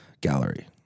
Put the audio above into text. gallery